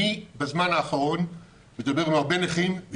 אני בזמן האחרון מדבר עם הרבה נכים,